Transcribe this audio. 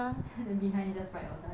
then behind just write or die